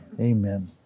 Amen